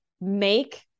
make